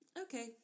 Okay